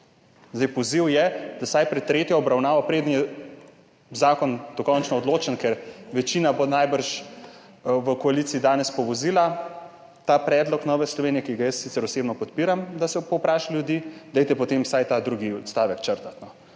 Poziv je, da vsaj pred tretjo obravnavo, preden je zakon dokončno odločen, ker večina bo najbrž v koaliciji danes povozila ta predlog Nove Slovenije, ki ga jaz sicer osebno podpiram, da se povpraša ljudi, dajte potem vsaj ta drugi odstavek črtat.